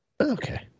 Okay